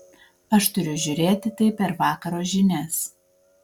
aš turiu žiūrėti tai per vakaro žinias